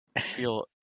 feel